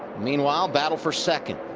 meanwhile battle for second,